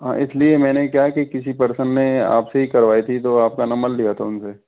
हाँ इसलिए मैंने क्या है कि किसी पर्सन ने आप से ही करवाई थी तो आपका नंबर लिया था उनसे